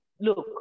look